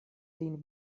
lin